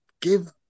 give